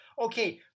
Okay